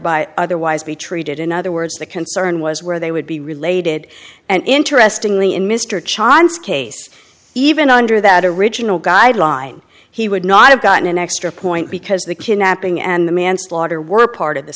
by otherwise be treated in other words the concern was where they would be related and interestingly in midst your child's case even under that original guideline he would not have gotten an extra point because the kidnapping and the manslaughter were part of the